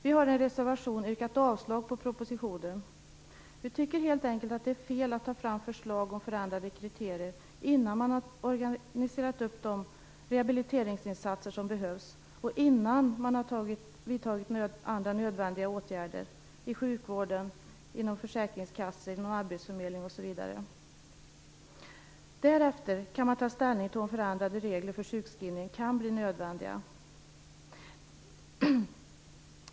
Vi har i en reservation yrkat avslag på propositionen. Vi tycker helt enkelt att det är fel att ta fram förslag om förändrade kriterier innan man har organiserat upp de rehabiliteringsinsatser som behövs och innan man har vidtagit andra nödvändiga åtgärder inom sjukvården, försäkringskassan, arbetsförmedlingen osv. Därefter kan man ta ställning till om förändrade regler för sjukskrivning kan bli nödvändiga.